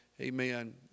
amen